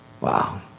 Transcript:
Wow